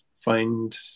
find